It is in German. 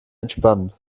entspannen